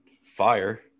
fire